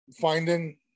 finding